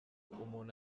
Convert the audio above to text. umuntu